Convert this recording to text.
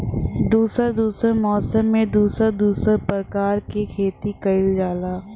दुसर दुसर मौसम में दुसर दुसर परकार के खेती कइल जाला